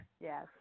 Yes